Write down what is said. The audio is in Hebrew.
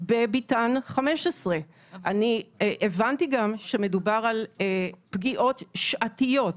בביתן 15. אני הבנתי גם שמדובר על פגיעות שעתיות.